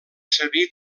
servir